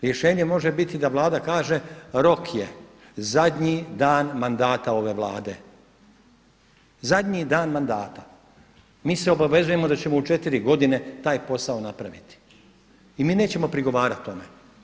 Rješenje može biti da Vlada kaže rok je zadnji dan mandata ove Vlade, zadnji dan mandata, mi se obavezujemo da ćemo u 4 godine taj posao napraviti i mi nećemo prigovarati tome.